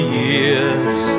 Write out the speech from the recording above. years